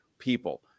People